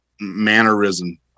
mannerism